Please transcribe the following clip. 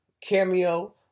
cameo